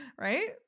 Right